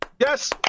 Yes